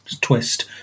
twist